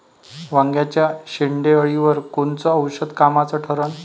वांग्याच्या शेंडेअळीवर कोनचं औषध कामाचं ठरन?